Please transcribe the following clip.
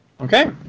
Okay